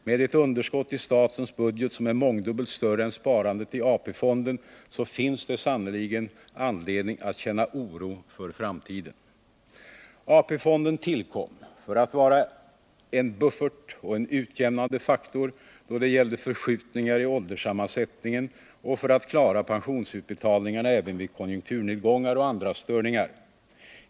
Med ett underskott i statens budget som är mångdubbelt större än sparandet i AP-fonden, så finns det sannerligen anledning att känna oro för framtiden. AP-fonden tillkom för att vara en buffert och en utjämnande faktor då det gällde förskjutningar i ålderssammansättningen och för att klara pensionsutbetalningarna även vid konjunkturnedgångar och andra störningar.